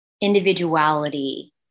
individuality